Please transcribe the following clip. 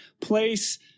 place